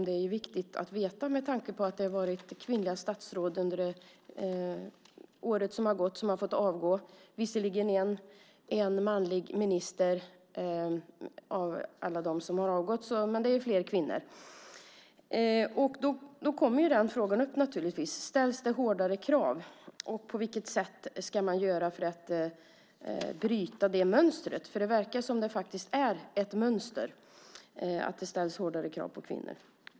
Det är viktigt att veta med tanke på att det har varit kvinnliga statsråd som har fått avgå under året som har gått. Visserligen finns det en manlig minister bland alla dem som har avgått, men det är flest kvinnor. Då kommer frågan upp: Ställs det hårdare krav? Och på vilket sätt ska man göra för att bryta det mönstret? Det verkar som om det finns ett mönster där det ställs hårdare krav på kvinnor.